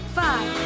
five